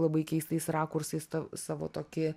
labai keistais rakursais tą savo tokį